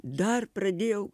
dar pradėjau